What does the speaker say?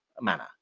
manner